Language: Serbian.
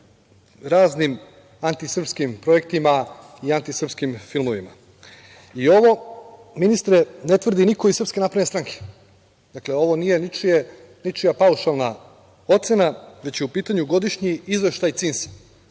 raznim antisrpskim projektima i antisrpskim filmovima. Ovo ministre ne tvrdi niko iz SNS. Dakle, ovo nije ničija paušalna ocena, već je u pitanju godišnji izveštaj CINS.